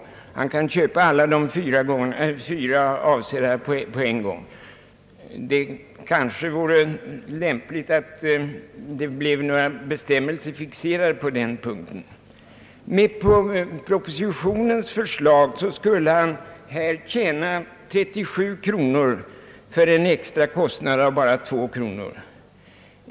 Det vore måhända lämpligt med fixerade bestämmelser på denna punkt. Enligt propositionen skulle patienten tjäna 37 kronor för en extra kostnad av endast 2 kronor.